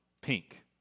pink